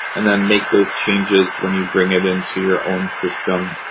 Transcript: and then make those changes when you bring it into your own system.